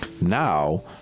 Now